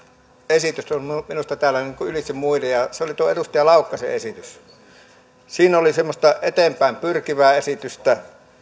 esitys on minusta täällä ylitse muiden ja se oli tuo edustaja laukkasen esitys siinä oli semmoista eteenpäin pyrkivää esitystä